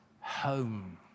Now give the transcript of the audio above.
home